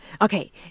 Okay